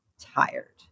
tired